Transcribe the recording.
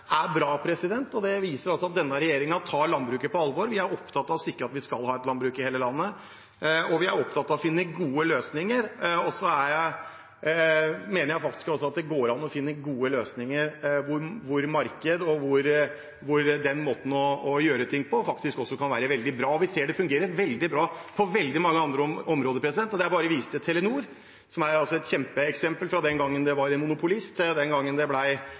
er bra, og det viser at denne regjeringen tar landbruket på alvor. Vi er opptatt av å sikre at vi skal ha et landbruk i hele landet, og vi er opptatt av å finne gode løsninger. Og så mener jeg faktisk også at det går an å finne gode løsninger hvor denne måten å gjøre ting på kan være veldig bra. Vi ser at det fungerer veldig bra på veldig mange andre områder. Det er bare å vise til Telenor, som er et kjempeeksempel fra den gangen de var en monopolist, til det ble konkurranse. Man ser at ting har endret seg, og jeg tror at kundene har det